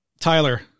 Tyler